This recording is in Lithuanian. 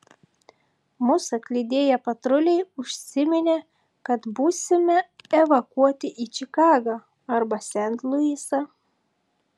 mus atlydėję patruliai užsiminė kad būsime evakuoti į čikagą arba sent luisą